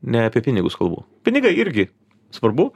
ne apie pinigus kalbu pinigai irgi svarbu